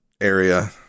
area